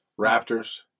Raptors